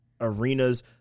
arenas